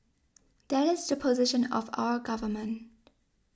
that is the position of our government